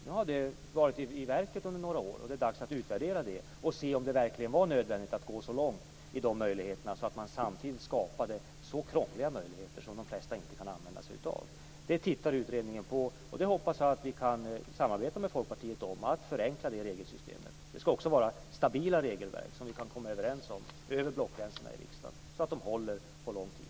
Nu har detta varit i kraft under några år, och det är dags att utvärdera det för att se om det verkligen var nödvändigt att gå så långt som att skapa dessa krångliga möjligheter som de flesta inte kan använda sig av. Detta tittar utredningen på. Jag hoppas att vi kan samarbeta med Folkpartiet om att förenkla det här regelsystemet. Det skall också vara stabila regelverk, som vi kan komma överens om över blockgränserna i riksdagen, så att de håller under lång tid.